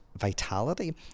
vitality